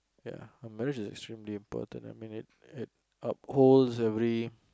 ya a marriage is extremely important I mean it it uphold every